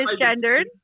misgendered